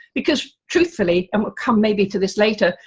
because truthfully and we'll come maybe to this later,